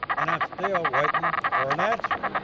and i'm still waiting for an answer.